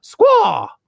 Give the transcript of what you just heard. Squaw